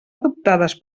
adoptades